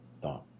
thought